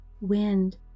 wind